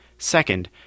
Second